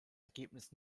ergebnis